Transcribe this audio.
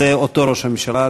שזה אותו ראש ממשלה,